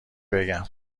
بگم